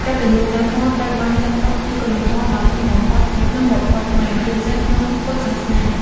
កតញ្ញូតាធម៌ត្រូវបានចាត់ទុកជាគុណធម៌ដ៏ធំបំផុតនៅក្នុងវប្បធម៌ខ្មែរ ជាពិសេសក្នុងពុទ្ធសាសនា។